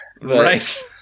Right